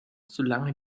solange